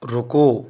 रुको